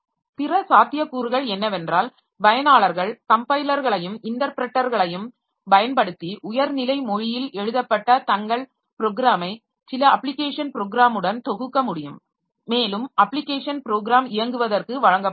பிற சாத்தியக்கூறுகள் என்னவென்றால் பயனாளர்கள் கம்பைலர்களையும் இன்டர்ப்ரெட்டர்களையும் பயன்படுத்தி உயர்நிலை மொழியில் எழுதப்பட்ட தங்கள் ப்ரோக்ராமை சில அப்ளிகேஷன் ப்ரோக்ராமுடன் தொகுக்க முடியும் மேலும் அப்ளிகேஷன் ப்ரோக்ராம் இயங்குவதற்கு வழங்கப்படலாம்